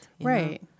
Right